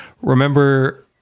remember